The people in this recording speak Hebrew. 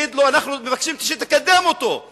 תגידו לו: אנחנו מבקשים שתקדם אותו.